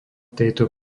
tejto